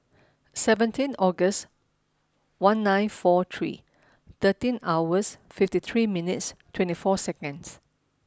seventeen Aug one nine four three thirteen hours fifty three minutes twenty four seconds